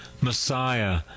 Messiah